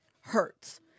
hurts